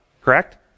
Correct